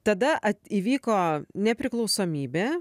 tada at įvyko nepriklausomybė